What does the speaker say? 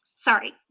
sorry